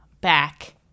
back